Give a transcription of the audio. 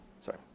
Sorry